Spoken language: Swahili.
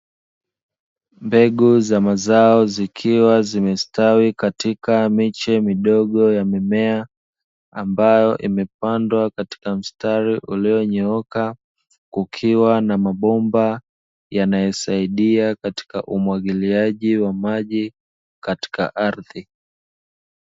Mbegu za mazao zikiwa zimestawi katika miche midogo ya mimea, ambayo imepandwa katika mstari ulionyooka; kukiwa na mabomba yanayosaidia katika umwagiliaji wa maji katika ardhi.